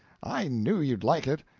i knew you'd like it.